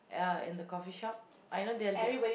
ya in the coffee-shop I know there will be